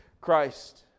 Christ